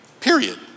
period